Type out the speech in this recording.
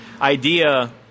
idea